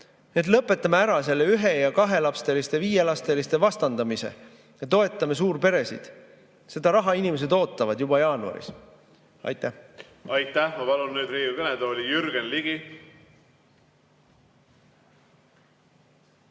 et lõpetame ära selle ühe- ja kahe- ja viielapseliste [perede] vastandamise ja toetame suurperesid. Seda raha inimesed ootavad juba jaanuaris. Aitäh! Aitäh! Ma palun nüüd Riigikogu kõnetooli Jürgen Ligi.